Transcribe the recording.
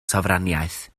sofraniaeth